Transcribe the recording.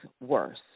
worse